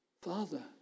Father